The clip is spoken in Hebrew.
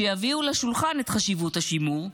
שיביאו לשולחן את חשיבות השימור,